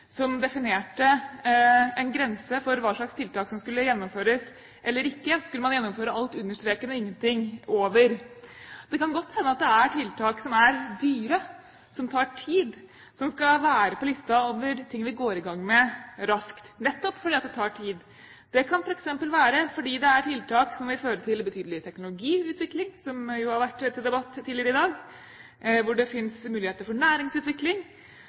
som definerte en grense for hva slags tiltak som skulle gjennomføres eller ikke. Skulle man gjennomføre alt under streken og ingenting over? Det kan godt hende at det er tiltak som er dyre, og som tar tid, som skal være på listen over ting vi går i gang med raskt, nettopp fordi at det tar tid. Det kan f.eks. være fordi det er tiltak som vil føre til betydelig teknologiutvikling, som jo har vært til debatt tidligere i dag, hvor det finnes muligheter for næringsutvikling.